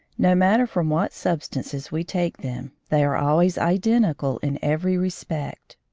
no matter from what substances we take them, they are always identical in every respect.